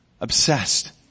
Obsessed